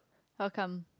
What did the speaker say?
how come